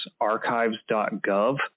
archives.gov